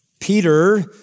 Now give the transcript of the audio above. Peter